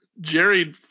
Jerry